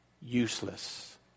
useless